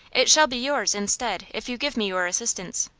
it shall be yours, instead, if you give me your assistance.